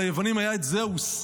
ליוונים היה את זאוס,